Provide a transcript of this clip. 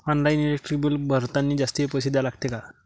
Online electric bill भरतानी जास्तचे पैसे द्या लागते का?